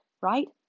right